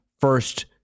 First